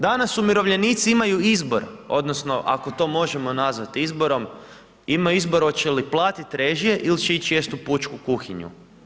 Danas umirovljenici imaju izbor odnosno ako to možemo nazvati izborom, imaju izbor hoće li platiti režije ili će ići jesti u pučku kuhinju.